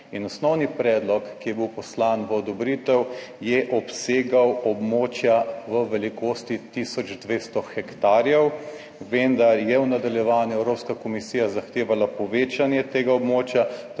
in osnovni predlog, ki je bil poslan v odobritev je obsegal območja v velikosti tisoč 200 hektarjev, vendar je v nadaljevanju Evropska komisija zahtevala povečanje tega območja,